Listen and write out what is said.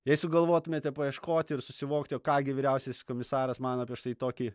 jei sugalvotumėte paieškoti ir susivokti o ką gi vyriausiasis komisaras man apie štai tokį